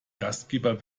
gastgeber